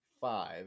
five